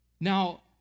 Now